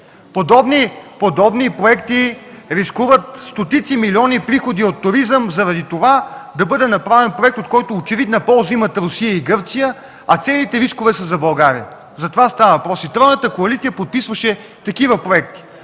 Подобни проекти рискуват стотици милиони приходи от туризъм, за да бъде направен проект, от който очевидно полза имат Русия и Гърция, а целите рискове са за България. За това става въпрос. Тройната коалиция подписваше такива проекти,